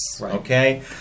okay